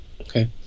Okay